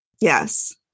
Yes